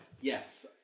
yes